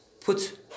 put